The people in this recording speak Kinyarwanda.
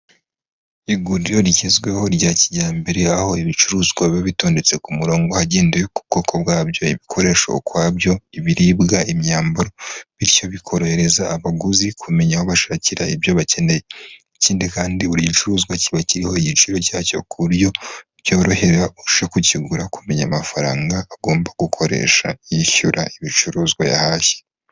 Iguriro rigezweho rya kijyambere aho ibicuruzwa biba bitondetse ku murongo hagendewe ku bwoko bwabyo ibikoresho ukwabyo, ibiribwa i,myambaro bityo bikorohereza abaguzi kumenya aho bashakira ibyo bakeneye ikindi kandi buri gicuruzwa kiba kiriho igiciro cyacyo ku buryo cyorohera kukigura kumenya amafaranga agomba gukoresha yishyura ibicuruzwa yahayeshye.